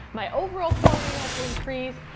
my overall quality had to increase,